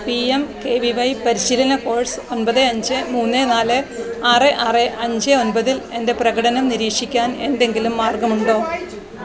P M K V Y പരിശീലന course ഒമ്പത് അഞ്ച് മൂന്ന് നാല് ആറ് ആറ് അഞ്ച് ഒമ്പതിൽ എൻ്റെ പ്രകടനം നിരീക്ഷിക്കാൻ എന്തെങ്കിലും മാർഗമുണ്ടോ